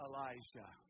Elijah